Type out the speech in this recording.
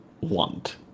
want